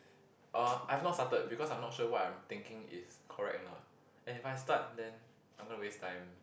uh I've not started because I'm not sure what I'm thinking is correct or not and if I start then I'm gonna waste time